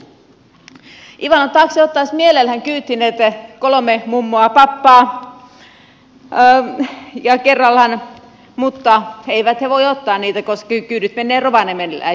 ivalon taksi ottaisi mielellään kyytiin kolme mummoa pappaa kerrallaan mutta ei voi ottaa koska kyydit menevät rovaniemeläisille takseille